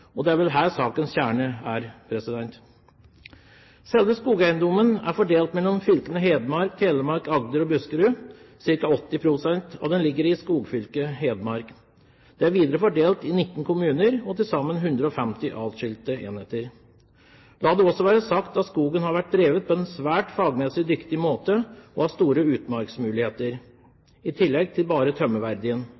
og dette er vel sakens kjerne. Selve skogeiendommen er fordelt mellom Hedmark, Telemark, Agder-fylkene og Buskerud. Cirka 80 pst. av den ligger i skogfylket Hedmark. Den er videre fordelt i 19 kommuner og på til sammen 150 adskilte enheter. La det også være sagt at skogen har vært drevet på en fagmessig svært dyktig måte og har store utmarksmuligheter